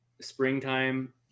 springtime